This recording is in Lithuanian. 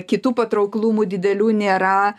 kitų patrauklumų didelių nėra